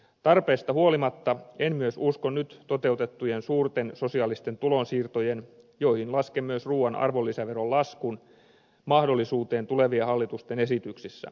tarpeesta huolimatta en myöskään usko nyt toteutettujen suurten sosiaalisten tulonsiirtojen joihin lasken myös ruuan arvonlisäveron laskun mahdollisuuteen tulevien hallitusten esityksissä